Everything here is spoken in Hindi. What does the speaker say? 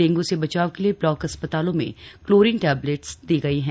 डेंग् से बचाव के लिए ब्लॉक अस्पतालों में क्लोरीन टेबलेट दी गई है